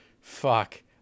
Fuck